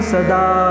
Sada